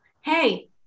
hey